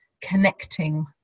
connecting